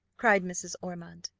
cried mrs. ormond.